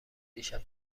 دیشب